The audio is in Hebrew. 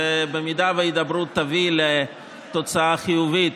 במידה שההידברות תביא לתוצאה חיובית,